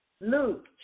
Luke